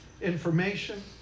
information